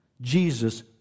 Jesus